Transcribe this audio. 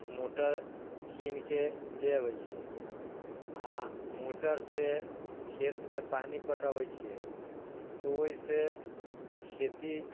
motor कीन के ले अबै छियै आ मोटर से खेत मे पानी पटबै छियै तऽ ओहिसे खेती